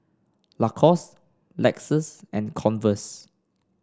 Lacoste Lexus and Converse